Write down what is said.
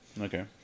Okay